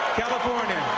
california.